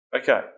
okay